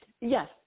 yes